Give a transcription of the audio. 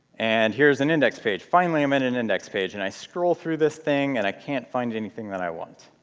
and here's an index page finally, i'm in an index page. and i scroll through this thing, and i can't find anything that i want.